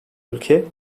ülke